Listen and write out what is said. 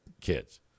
kids